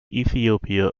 ethiopia